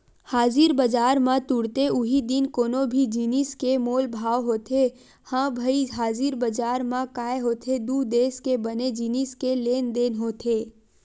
हाजिर बजार म तुरते उहीं दिन कोनो भी जिनिस के मोल भाव होथे ह भई हाजिर बजार म काय होथे दू देस के बने जिनिस के लेन देन होथे